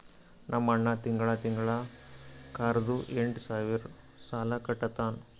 ನಮ್ ಅಣ್ಣಾ ತಿಂಗಳಾ ತಿಂಗಳಾ ಕಾರ್ದು ಎಂಟ್ ಸಾವಿರ್ ಸಾಲಾ ಕಟ್ಟತ್ತಾನ್